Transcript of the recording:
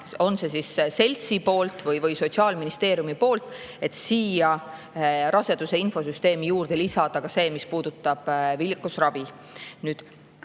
on see siis seltsi poolt või Sotsiaalministeeriumi poolt, et raseduse infosüsteemi juurde lisada ka see, mis puudutab viljakusravi. Nüüd